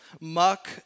muck